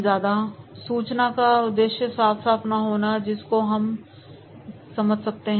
या सूचना का उद्देश्य साफ ना होना जिसको हम जा सकते हैं